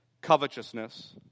covetousness